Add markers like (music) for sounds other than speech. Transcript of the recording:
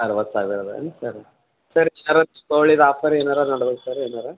ಅರುವತ್ತು ಸಾವಿರ ಅದ ಏನು ಸರ್ ಸರಿ ಅರುವತ್ತು (unintelligible) ಆಫರ್ ಏನಾರೂ ನಡೆದೈತಾ ಸರ್ ಏನಾರೂ